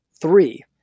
three